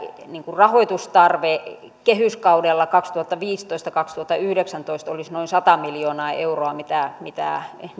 rahoitustarve kehyskaudella kaksituhattaviisitoista viiva kaksituhattayhdeksäntoista olisi noin sata miljoonaa euroa mitä mitä